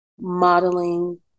modeling